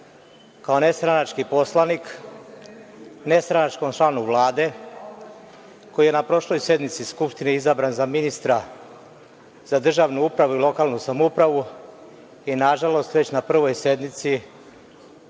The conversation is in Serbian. kao nestranački poslanik nestranačkom članu Vlade koji je na prošloj sednici Skupštine izabran za ministra za državnu upravu i lokalnu samoupravu i, nažalost, već na prvoj sednici